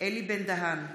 אלי בן-דהן,